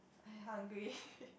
I hungry